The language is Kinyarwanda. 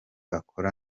akora